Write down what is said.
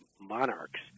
monarchs